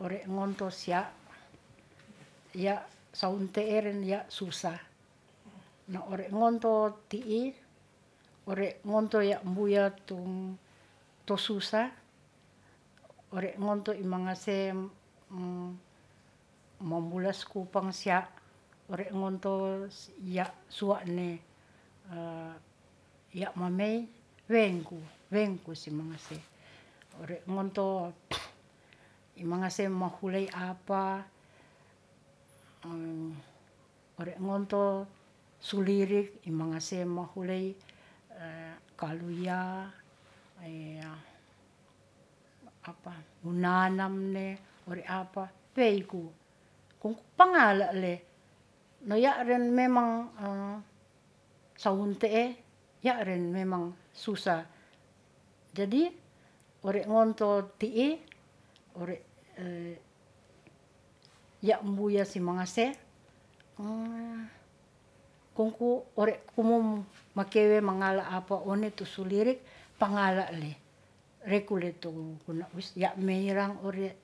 Ore ngonto sia' ya' sawunte'e ren ya' susah na ore ngonto ti'i ore ngonto ya' mbuya tum to susah ore ngonto i mangasem mombulas kupang sia' ore ngonto ya' suwa'ne ya' mamey wengku, wengku si mangase ngonto i mangase i mahulei apa ore ngonto sulirik i mangase mohulei kaluya, wu nanamne, ore apa peyku kongku pangalale na ya' ren memang sawunte'e ya' ren memang susah. Jadi, ore ngonto ti'i ore ya' mbuya si mangase kongku ore kumum makewe mangala apa one tu su lirik pangalale rekule to kuna wus ya' mey rang ore,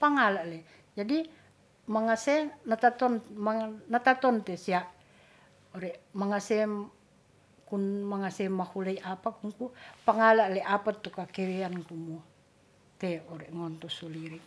pangalale jadi. mangase nataton, nataton te sia' ore mangasem kun mangase mahulei apa kungku pangalale apa tu kakerean kumu te ore' ngonto su lirik.